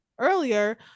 earlier